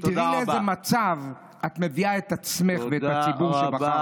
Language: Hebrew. כי תראי לאיזה מצב את מביאה את עצמך ואת הציבור שבחר בך.